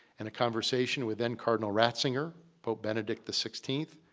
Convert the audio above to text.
in a conversation with then cardinal ratzinger, pope benedict the sixteenth,